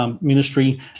ministry